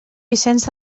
vicenç